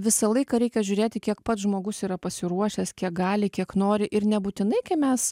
visą laiką reikia žiūrėti kiek pats žmogus yra pasiruošęs kiek gali kiek nori ir nebūtinai kai mes